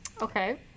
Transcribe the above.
Okay